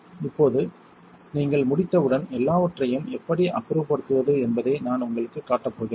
இப்போது நீங்கள் முடித்தவுடன் எல்லாவற்றையும் எப்படி அப்புறப்படுத்துவது என்பதை நான் உங்களுக்குக் காட்டப் போகிறேன்